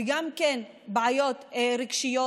וגם כן בעיות רגשיות.